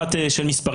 לא ניכנס עכשיו לזמנים